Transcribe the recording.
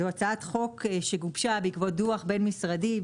זאת הצעת חוק שהוגשה בעקבות דו בין-משרדי,